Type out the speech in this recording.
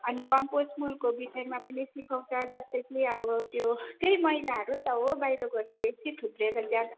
अनि कम्पोज मलको विषयमा पनि सिकाउँछ जस्तै कि अब त्यो त्यही मैलाहरू त हो बाहिर गएर बेसी थुप्रेर त्यहाँ